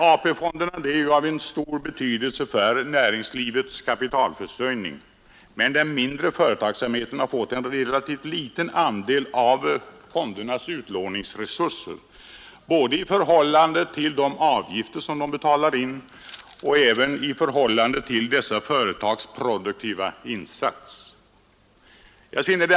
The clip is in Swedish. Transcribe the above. AP-fonderna är av stor betydelse för näringslivets kapitalförsörjning, men den mindre företagsamheten har fått relativt liten andel av fondernas utlåningsresurser, både i förhållande till de avgifter som de betalar till fonderna och även i förhållande till dessa företags produktiva insatser.